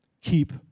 Keep